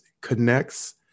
connects